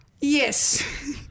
Yes